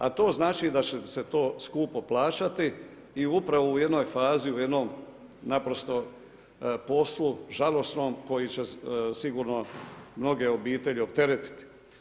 A to znači da ćete to skupo plaćati i upravo u jednoj fazi u jednom naprosto poslu žalosnom koje će sigurno mnoge obitelji opteretiti.